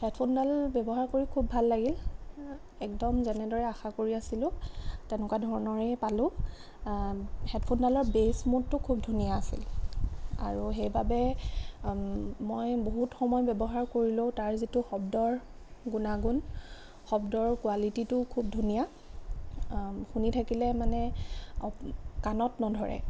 হেডফোনডাল ব্য়ৱহাৰ কৰি খুব ভাল লাগিল একদম যেনেদৰে আশা কৰি আছিলোঁ তেনেকুৱা ধৰণৰেই পালোঁ হেডফোনডালৰ বেচ মুডটো খুব ধুনীয়া আছিল আৰু সেইবাবে মই বহুত সময় ব্য়ৱহাৰ কৰিলেও তাৰ যিটো শব্দৰ গুণাগুণ শব্দৰ কোৱালিটীটো খুব ধুনীয়া শুনি থাকিলে মানে কাণত নধৰে